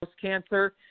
cancer